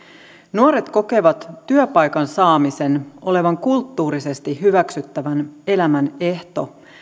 nuoret kokevat työpaikan saamisen olevan kulttuurisesti hyväksyttävän elämän ehto